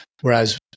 Whereas